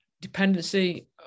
dependency